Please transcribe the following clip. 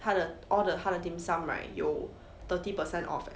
他的 all the 他的 dim sum right 有 thirty percent off leh